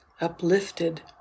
uplifted